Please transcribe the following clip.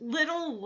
Little